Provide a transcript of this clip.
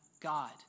God